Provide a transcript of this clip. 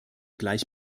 gleich